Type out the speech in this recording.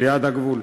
ליד הגבול.